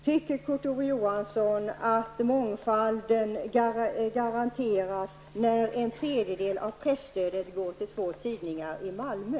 Tycker Kurt-Ove Johansson att mångfalden garanteras, när en tredjedel av presstödet går till två tidningar i Malmö?